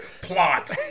Plot